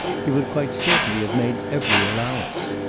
he would quite certainly have made every allowance.